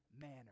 manner